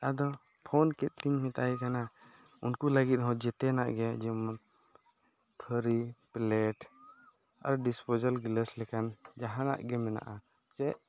ᱟᱫᱚ ᱯᱷᱳᱱ ᱠᱮᱫᱛᱮᱧ ᱢᱮᱛᱟᱭ ᱠᱟᱱᱟ ᱩᱱᱠᱚ ᱞᱟᱹᱜᱤᱫ ᱦᱚᱸ ᱡᱮᱛᱮᱱᱟᱜ ᱜᱮ ᱡᱮᱢᱚᱱ ᱛᱷᱟᱹᱨᱤ ᱯᱞᱮᱴ ᱟᱨ ᱰᱤᱥᱯᱳᱡᱟᱞ ᱜᱞᱟᱥ ᱞᱮᱠᱟᱱ ᱡᱟᱦᱟᱱᱟᱜ ᱜᱮ ᱢᱮᱱᱟᱜᱼᱟ ᱪᱮᱫ